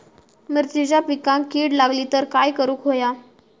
मिरचीच्या पिकांक कीड लागली तर काय करुक होया?